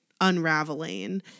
unraveling